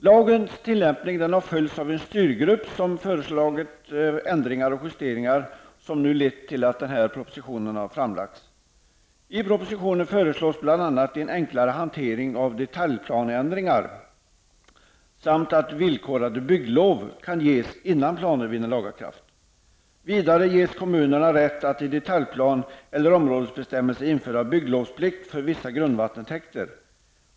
Lagens tillämpning har följts av en styrgrupp som föreslagit ändringar och justeringar, vilket nu lett till att denna proposition har framlagts. I propositionen föreslås bl.a. en enklare hantering av detaljplaneändringar samt att villkorade bygglov kan ges innan planer vinner laga kraft. Vidare ges kommunerna rätt att i detaljplan eller områdesbestämmelse införa bygglovsplikt för vissa grundvattentäkter.